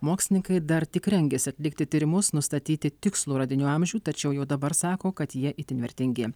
mokslininkai dar tik rengiasi atlikti tyrimus nustatyti tikslų radinių amžių tačiau jau dabar sako kad jie itin vertingi